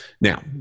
Now